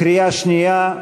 קריאה שנייה,